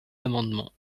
amendements